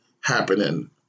happening